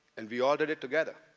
and we all did it together.